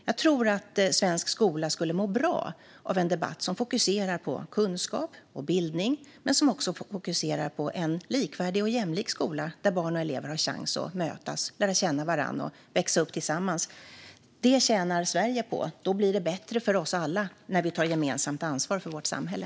Jag tror att svensk skola skulle må bra av en debatt som fokuserar på kunskap och bildning, men som också fokuserar på en likvärdig och jämlik skola där barn och elever har chans att mötas, lära känna varandra och växa upp tillsammans. Det tjänar Sverige på. Då blir det bättre för oss alla, när vi tar gemensamt ansvar för vårt samhälle.